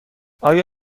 آیا